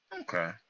Okay